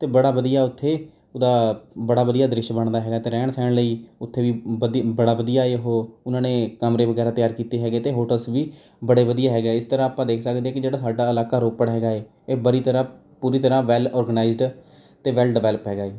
ਅਤੇ ਬੜਾ ਵਧੀਆ ਉੱਥੇ ਉਹਦਾ ਬੜਾ ਵਧੀਆ ਦ੍ਰਿਸ਼ ਬਣਦਾ ਹੈਗਾ ਅਤੇ ਰਹਿਣ ਸਹਿਣ ਲਈ ਉੱਥੇ ਵੀ ਵਧੀ ਬੜਾ ਵਧੀਆ ਹੈ ਉਹ ਉਨ੍ਹਾਂ ਨੇ ਕਮਰੇ ਵਗੈਰਾ ਤਿਆਰ ਕੀਤੇ ਹੈਗੇ ਅਤੇ ਹੋਟਲਸ ਵੀ ਬੜੇ ਵਧੀਆ ਹੈਗੇ ਇਸ ਤਰ੍ਹਾਂ ਆਪਾਂ ਦੇਖ ਸਕਦੇ ਕਿ ਜਿਹੜਾ ਸਾਡਾ ਇਲਾਕਾ ਰੋਪੜ ਹੈਗਾ ਹੈ ਇਹ ਬਰੀ ਤਰ੍ਹਾਂ ਪੂਰੀ ਤਰ੍ਹਾਂ ਵੈਲ ਔਰਗਨਾਇਜ਼ਡ ਅਤੇ ਵੈਲ ਡਿਪੈਲਪ ਹੈਗਾ ਹੈ